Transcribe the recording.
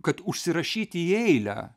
kad užsirašyti į eilę